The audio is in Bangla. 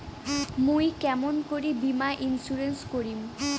মুই কেমন করি বীমা ইন্সুরেন্স করিম?